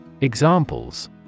Examples